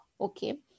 okay